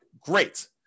great